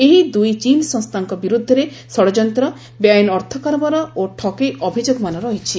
ଏହି ଦୁଇ ଚୀନ୍ ସଂସ୍ଥାଙ୍କ ବିରୁଦ୍ଧରେ ଷଡଯନ୍ତ୍ର ବେଆଇନ ଅର୍ଥକାରବାର ଓ ଠକେଇ ଅଭିଯୋଗମାନ ରହିଛି